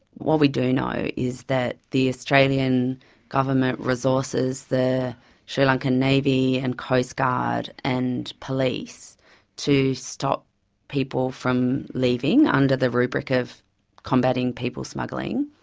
what we do know is that the australian government resources the sri lankan navy and coastguard and police to stop people from leaving under the rubric of combating people smuggling,